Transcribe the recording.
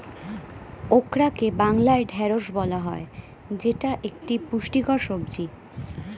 ওকরাকে বাংলায় ঢ্যাঁড়স বলা হয় যেটা একটি পুষ্টিকর সবজি